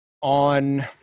on